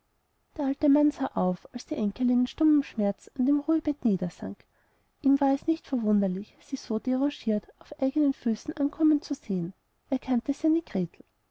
der alte mann sah auf als die enkelin in stummem schmerz an dem ruhebett niedersank ihm war es nicht verwunderlich sie so derangiert auf eigenen füßen ankommen zu sehen er kannte seine gretel